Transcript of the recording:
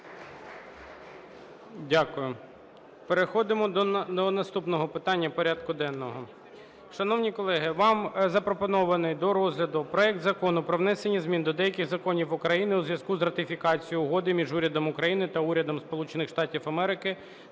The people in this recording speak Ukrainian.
Дякую. Переходимо до наступного питання порядку денного. Шановні колеги, вам запропонований до розгляду проект Закону про внесення змін до деяких законів України у зв'язку з ратифікацією Угоди між Урядом України та Урядом